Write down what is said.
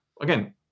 Again